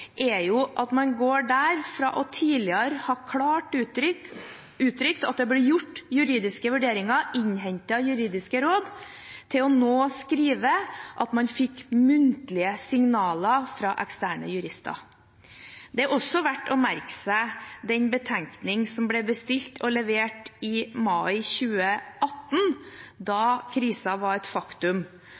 er jo at man der går fra tidligere klart å ha uttrykt at det ble gjort juridiske vurderinger, innhentet juridiske råd, til nå å skrive at man fikk muntlige signaler fra eksterne jurister. Det er også verdt å merke seg den betenkningen som ble bestilt og levert i mai 2018, da krisen var et faktum,